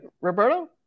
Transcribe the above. Roberto